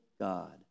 God